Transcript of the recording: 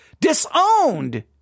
disowned